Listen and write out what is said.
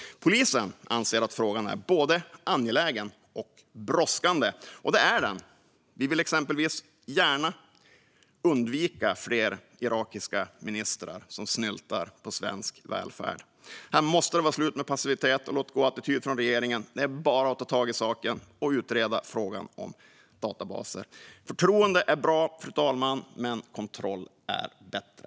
Polisen anser att frågan är både angelägen och brådskande, och det är den. Vi vill ju exempelvis gärna undvika fler irakiska ministrar som snyltar på svensk välfärd. Här måste det vara slut med passivitet och låt-gå-attityd från regeringen. Det är bara att ta tag i saken och utreda frågan om databaser. Fru talman! Förtroende är bra, men kontroll är bättre.